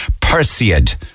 Perseid